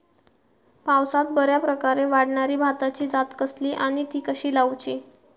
पावसात बऱ्याप्रकारे वाढणारी भाताची जात कसली आणि ती कशी लाऊची?